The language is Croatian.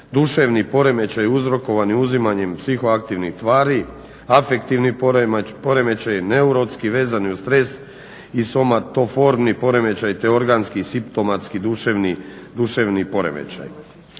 duševni poremećaj uzrokovani uzimanjem psihoaktivnih tvari, afektivni poremećaj, neurotski vezani uz stres i somatoforni poremećaj, te organski-simptomatski-duševni poremećaj.